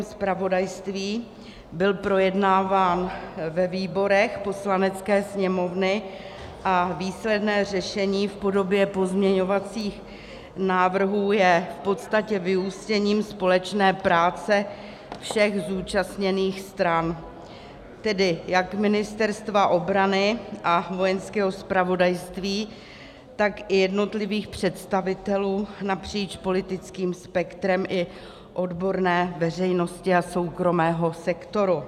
Byl projednáván ve výborech Poslanecké sněmovny a výsledné řešení v podobě pozměňovacích návrhů je v podstatě vyústěním společné práce všech zúčastněných stran, tedy jak Ministerstva obrany a Vojenského zpravodajství, tak i jednotlivých představitelů napříč politickým spektrem i odborné veřejnosti a soukromého sektoru.